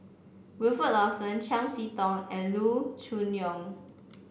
Wilfed Lawson Chiam See Tong and Loo Choon Yong